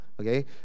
okay